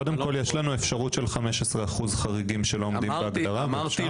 קודם כל יש לנו אפשרות של כ-15% של חריגים שלא עומדים בהגדרה אם אפשר,